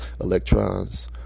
electrons